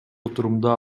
отурумда